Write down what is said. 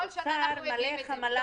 אם אפשר במשפט, אתם בעד או נגד?